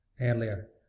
earlier